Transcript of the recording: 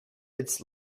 its